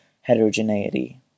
heterogeneity